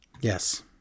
Yes